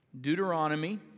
Deuteronomy